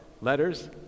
letters